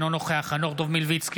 אינו נוכח חנוך דב מלביצקי,